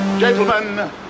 Gentlemen